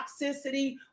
toxicity